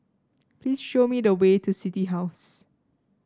please show me the way to City House